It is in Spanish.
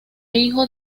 hijo